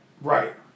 Right